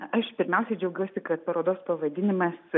aš pirmiausia džiaugiuosi kad parodos pavadinimas